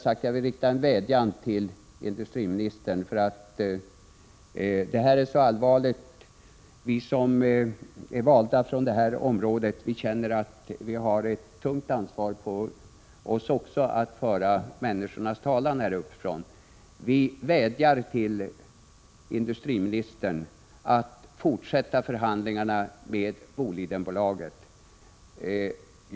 Det ansvaret finns alltså fortfarande kvar. Vi valda från det här området känner att vi har ett tungt ansvar för att föra människornas talan i denna allvarliga fråga. Vi vädjar därför till industriministern att fortsätta förhandlingarna med Bolidenbolaget.